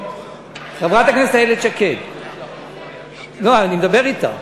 חברת הכנסת איילת שקד, אני מדבר אתה.